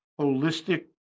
holistic